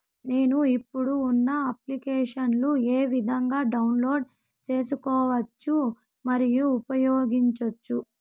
నేను, ఇప్పుడు ఉన్న అప్లికేషన్లు ఏ విధంగా డౌన్లోడ్ సేసుకోవచ్చు మరియు ఉపయోగించొచ్చు?